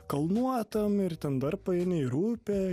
kalnuotam ir ten dar paeini ir upė